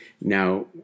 Now